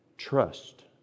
Trust